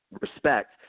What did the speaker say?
respect